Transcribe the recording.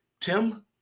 Tim